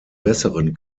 besseren